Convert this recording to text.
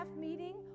meeting